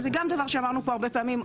וזה גם דבר שאמרנו פה הרבה פעמים,